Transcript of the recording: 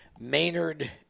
Maynard